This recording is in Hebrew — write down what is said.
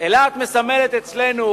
אילת מסמלת אצלנו